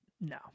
no